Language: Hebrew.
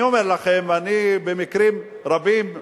אני אומר לכם, אני במקרים רבים מדבר,